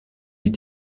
wie